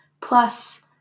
plus